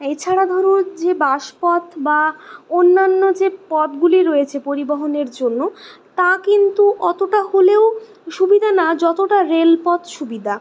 এছাড়া ধরো যে বাসপথ বা অন্যান্য যে পথগুলি রয়েছে পরিবহনের জন্য তা কিন্তু অতটা হলেও সুবিধা না যতটা রেলপথ সুবিধা